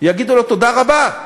יגידו לו: תודה רבה,